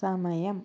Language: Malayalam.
സമയം